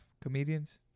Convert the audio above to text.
comedians